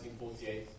1948